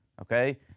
Okay